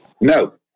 No